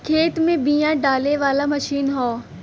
खेत में बिया डाले वाला मशीन हौ